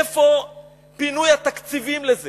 איפה פינוי התקציבים לזה